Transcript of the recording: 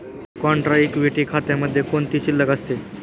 Contra equity खात्यामध्ये कोणती शिल्लक असते?